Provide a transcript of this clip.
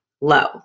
low